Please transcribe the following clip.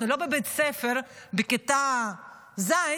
אנחנו לא בבית ספר, בכיתה ז',